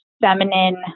feminine